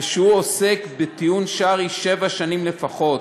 ושהוא עוסק בטיעון שרעי שבע שנים לפחות,